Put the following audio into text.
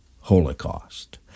Holocaust